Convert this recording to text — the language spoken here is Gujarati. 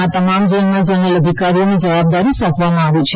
આ તમામ ઝોનમાં ઝોનલ અધિકારીઓને જ્વાબદારી સોપવામાં આવી છે